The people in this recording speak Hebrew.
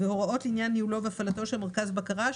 והוראות לעניין ניהולו והפעלתו של מרכז הבקרה,